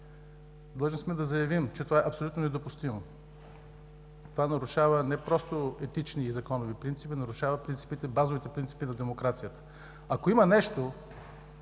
Длъжни сме да заявим, че това е абсолютно недопустимо, това нарушава не просто етични и законови принципи, нарушава базовите принципи на демокрацията. Ако има нещо,